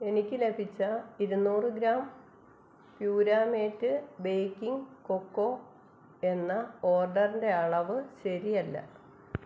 എനിക്ക് ലഭിച്ച ഇരുനൂറു ഗ്രാം പ്യുരാമേറ്റ് ബേക്കിംഗ് കൊക്കോ എന്ന ഓർഡറിന്റെ അളവ് ശരിയല്ല